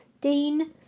Dean